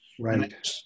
Right